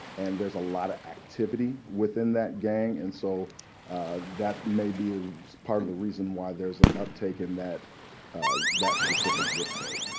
and there's a lot of activity within that gang. and so that may be a part of the reason why there's uptake in that that specific zip code.